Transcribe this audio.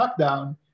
lockdown